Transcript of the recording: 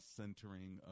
centering